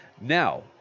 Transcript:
Now